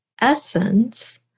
essence